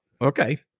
okay